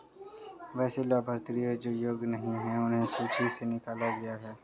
वैसे लाभार्थियों जो योग्य नहीं हैं उन्हें सूची से निकला गया है